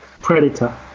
predator